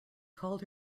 called